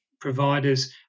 providers